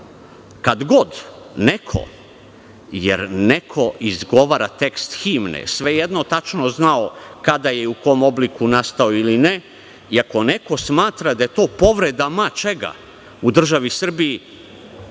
kad god neko, jer neko izgovara tekst himne, svejedno tačno znao kada i u kom obliku je nastao ili ne, i ako neko smatra da je to povreda ma čega u državi Srbiji,